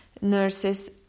nurses